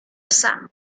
psa